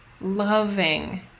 loving